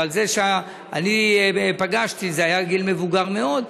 וזה שאני פגשתי היה בגיל מבוגר מאוד,